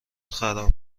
خراب